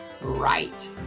right